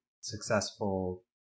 successful